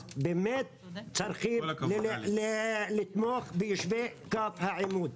אז באמת צריכים לתמוך ביישובי קו העימות.